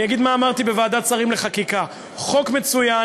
אני אגיד מה אמרתי בוועדת שרים לחקיקה: חוק מצוין,